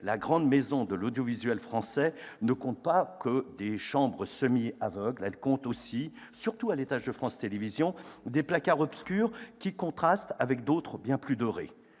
la grande maison de l'audiovisuel français ne compte pas que des chambres semi-aveugles. Elle comporte aussi, surtout à l'étage France Télévisions, des placards obscurs qui contrastent avec d'autres, bien plus dorés.